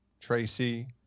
Tracy